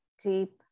deep